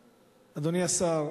השר,